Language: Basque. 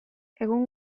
egun